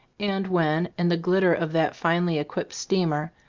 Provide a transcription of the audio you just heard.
and when, in the glitter of that finely equipped steamer,